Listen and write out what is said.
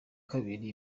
kabiri